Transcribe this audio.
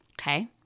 Okay